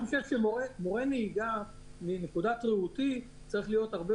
מורה נהיגה צריך להיות